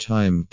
Time